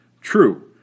True